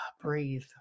breathe